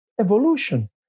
evolution